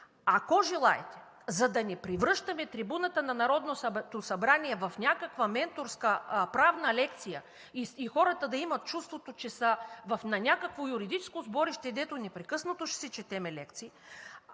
Ако желаете, за да не превръщаме трибуната на Народното събрание в някаква менторска правна лекция и хората да имат чувството, че са на някакво юридическо сборище, където непрекъснато ще си четем лекции,